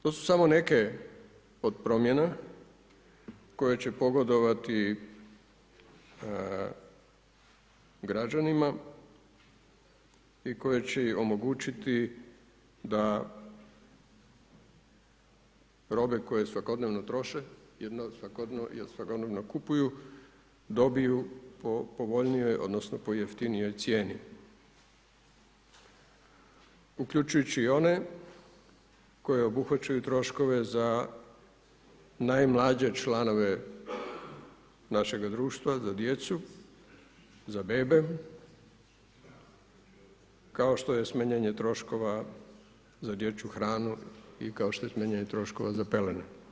To su samo neke od promjena koje će pogodovati građanima i koje će omogućiti da robe koje svakodnevno troše, jedno svakodnevno kupuju dobiju po povoljnijom odnosno po jeftinijoj cijeni, uključujući i one koje obuhvaćaju troškove za najmlađe članove našega društva za djecu, za bebe, kao što je smanjenje troškova za dječju hranu i kao što je smanjenje troškova za pelene.